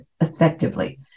effectively